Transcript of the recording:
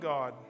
God